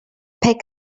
pick